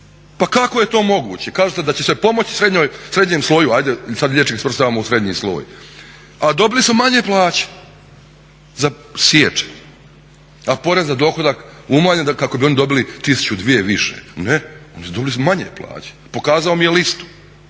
Pa kako je to moguće? Kažete da će se pomoći srednjem sloju, ajde sada liječnike svrstavamo u srednji sloj, a dobili su manje plaće za siječanj a porez na dohodak je umanjen kako bi oni dobili 1000, 2000 više, ne, oni su dobili manje plaće. Pokazao mi je listu.